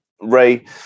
Ray